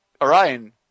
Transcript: orion